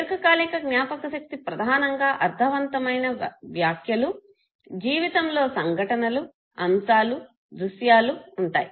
దీర్ఘకాలిక జ్ఞాపకశక్తి ప్రధానంగా అర్ధవంతమైన వ్యాఖ్యలు జీవితంలో సంఘటనలు అంశాలు దృశ్యాలు ఉంటాయి